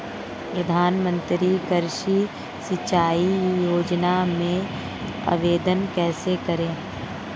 प्रधानमंत्री कृषि सिंचाई योजना में आवेदन कैसे करें?